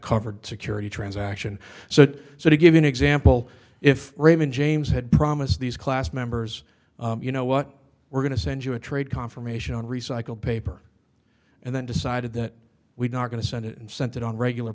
covered security transaction so so to give an example if raymond james had promised these class members you know what we're going to send you a trade confirmation on recycled paper and then decided that we're not going to send it and sent it on regular